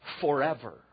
forever